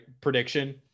prediction